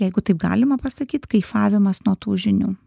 jeigu taip galima pasakyt kaifavimas nuo tų žinių